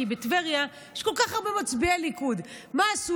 כי בטבריה יש כל כך הרבה מצביעי ליכוד.